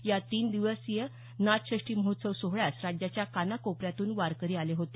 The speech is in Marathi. या तीन दिवसीय नाथषष्ठी महोत्सव सोहळ्यास राज्याच्या कानाकोपऱ्यातून वारकरी आले होते